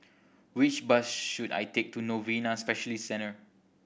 which bus should I take to Novena Specialist Centre